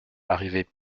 arrivaient